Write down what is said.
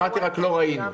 אמרתי רק שלא ראינו.